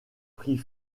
prit